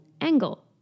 angle